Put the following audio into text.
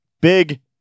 big